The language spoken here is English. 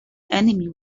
enemy